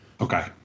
okay